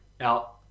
out